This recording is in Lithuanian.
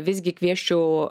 visgi kviesčiau